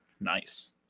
nice